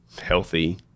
healthy